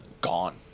gone